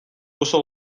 oso